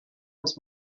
was